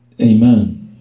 Amen